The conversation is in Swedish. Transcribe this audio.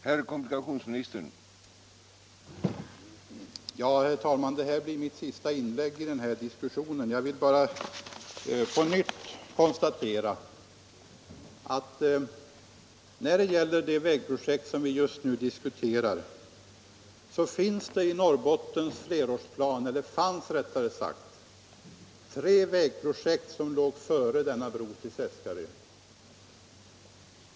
Herr talman! Detta blir mitt sista inlägg i denna diskussion. Jag vill på nytt konstatera att när det gäller de vägprojekt i Norrbottens flerårsplan vi just nu diskuterar fanns det tre sådana som låg före den nämnda bron till Seskarö.